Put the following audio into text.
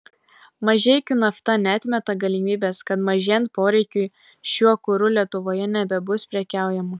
mažeikių nafta neatmeta galimybės kad mažėjant poreikiui šiuo kuru lietuvoje nebebus prekiaujama